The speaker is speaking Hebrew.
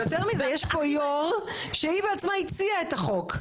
ויותר מזה, יש פה יו"ר שהיא בעצמה הציעה את החוק.